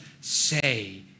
say